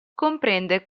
comprende